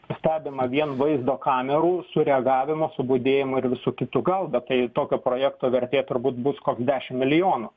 stebimą vien vaizdo kamerų su reagavimu su budėjimu ir visu kitu gal bet tai tokio projekto vertė turbūt bus koks dešim milijonų